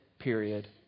period